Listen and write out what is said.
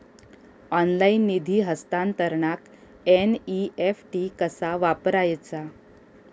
Online निधी हस्तांतरणाक NEFT कसा वापरायचा?